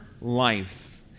life